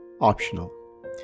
optional